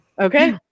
Okay